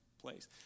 place